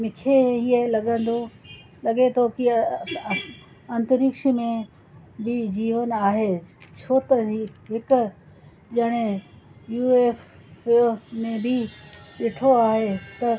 मूंखे हीअं लॻंदो लॻे थो की अंतरिक्ष में बि जीवन आहे छो त ही हिकु ॼणे यू एफ ओ ने बि ॾिठो आहे त